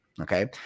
Okay